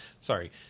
Sorry